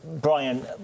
Brian